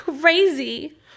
crazy